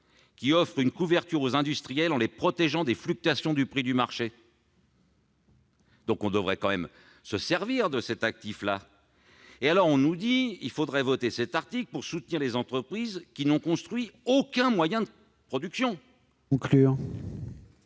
qui offre une couverture aux industriels en les protégeant des fluctuations des prix du marché. On devrait se servir de cet actif ! On nous dit qu'il faudrait adopter cet article pour soutenir des entreprises qui n'ont construit aucun moyen de production